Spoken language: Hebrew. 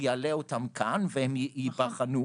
שיעלה אותן כאן והן ייבחנו.